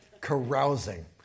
Carousing